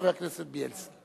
אחריו, חבר הכנסת בילסקי.